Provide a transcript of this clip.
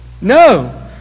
No